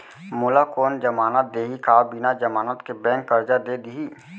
मोला कोन जमानत देहि का बिना जमानत के बैंक करजा दे दिही?